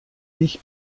ich